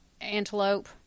Antelope